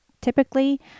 typically